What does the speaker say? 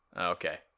Okay